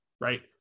right